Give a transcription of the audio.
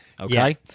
Okay